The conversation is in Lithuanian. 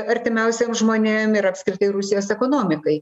artimiausiem žmonėm ir apskritai rusijos ekonomikai